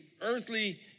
earthly